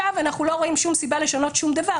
אנחנו לא רואים שום סיבה לשנות שום דבר".